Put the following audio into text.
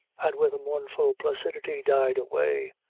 and with a mournful placidity died away.